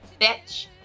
Bitch